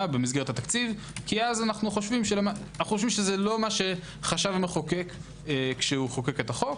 במסגרת התקציב כי אז אנו חושבים שזה לא מה שחשב המחוקק כשחוקק את החוק,